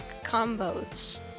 combos